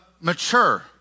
mature